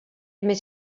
més